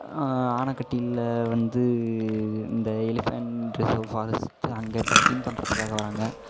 ஆனைகட்டியில் வந்து இந்த elephant reserve forest அங்கே ட்ரக்கிங் பண்ணுறதுக்காக வராங்க